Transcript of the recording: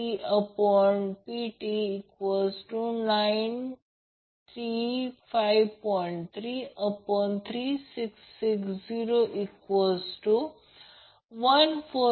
तर j e j π 212 e j π 4 cos π 4 j sin π 4 1 √ 2 j 1 √ 2 याचा अर्थ R 1 √ 2 Ω आणि X 1 √ 2